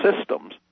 systems